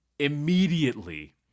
immediately